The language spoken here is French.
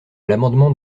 l’amendement